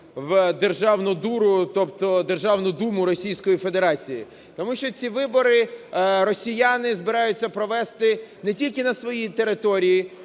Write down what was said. Федерації. Тому що ці вибори росіяни збираються провести не тільки на своїй території,